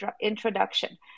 introduction